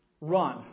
Run